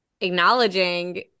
acknowledging